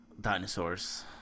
Dinosaurs